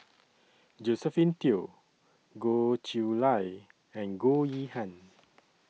Josephine Teo Goh Chiew Lye and Goh Yihan